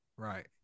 Right